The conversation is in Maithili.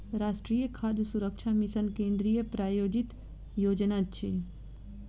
राष्ट्रीय खाद्य सुरक्षा मिशन केंद्रीय प्रायोजित योजना अछि